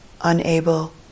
unable